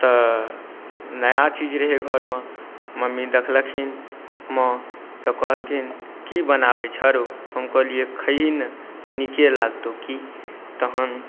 तऽ नया चीज रहै घरमे मम्मी देखलखिन माँ तऽ कहलखिन की बनाबै छे रौ हम कहलिए खाही ने नीके लागतौ कि तहन